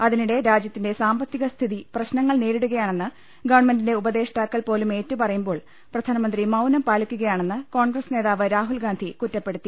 അതിനിടെ രാജ്യത്തിന്റെ സാമ്പത്തിക സ്ഥിതി പ്രശ്നങ്ങൾ നേരി ടുകയാണെന്ന് ഗവൺമെന്റിന്റെ ഉപദേഷ്ടാക്കൾ പോലും ഏറ്റ് പറ യുമ്പോൾ പ്രധാനമന്ത്രി മൌനം പാലിക്കുകയാണെന്ന് കോൺഗ്രസ് നേതാവ് രാഹുൽ ഗാന്ധി കുറ്റപ്പെടുത്തി